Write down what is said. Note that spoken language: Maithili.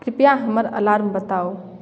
कृपया हमर अलार्म बताउ